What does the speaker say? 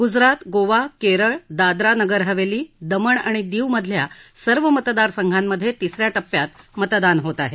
गुजरात गोवा केरळ दादरा नगरहवेली दमण आणि दीव मधल्या सर्व मतदारसंघांमध्ये तिस या टप्प्यात मतदान होत आहे